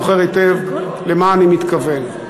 זוכר היטב למה אני מתכוון.